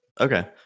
Okay